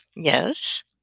Yes